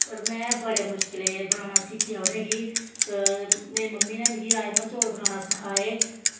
पर में बड़े मुश्कल बनाना सिक्खेआ उनेंगी मेरी मम्मी नै मिगी राजमांह् चौल बनाना सिक्खाये